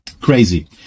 crazy